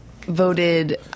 voted